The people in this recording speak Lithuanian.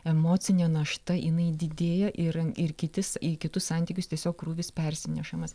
emocinė našta jinai didėja ir ir kitis į kitus santykius tiesiog krūvis persinešamas